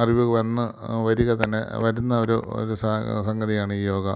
അറിവ് വന്ന് വരിക തന്നെ വരുന്ന ഒരു ഒരു സംഗതിയാണ് ഈ യോഗ